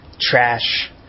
trash